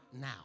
now